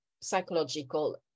psychological